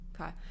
okay